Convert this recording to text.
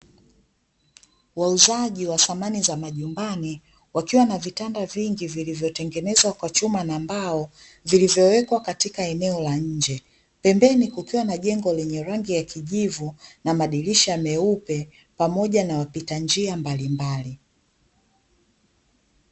Wauzaji wa samani za majumbani wakiwa na vitanda vingi vilivyotengenezwa kwa chuma na mbao vilivyowekwa katika eneo la nje, pembeni kukiwa na jengo lenye rangi ya kijivu na madirisha meupe pamoja na wapita njia mbalimbali.